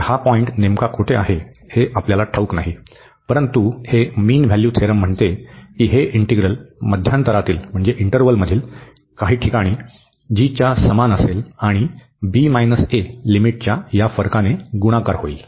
तर हा पॉईंट नेमका कोठे आहे हे आपल्याला ठाऊक नाही परंतु हे मीन व्हॅल्यू थेरम म्हणते की हे इंटीग्रल मध्यांतरातील काही क्षणी g च्या समान असेल आणि लिमिटच्या या फरकाने गुणाकार होईल